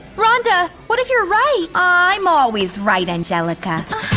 rhonda, what if you're right? i'm always right, angelica.